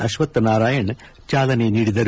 ಅಶ್ವಥ್ ನಾರಾಯಣ್ ಚಾಲನೆ ನೀಡಿದರು